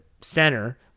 center